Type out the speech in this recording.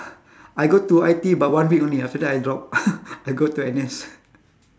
I go to I_T_E but one week only after that I drop I go to N_S